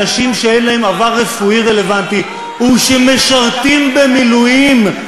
אנשים שאין להם עבר רפואי רלוונטי ושמשרתים במילואים,